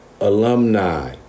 alumni